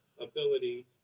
ability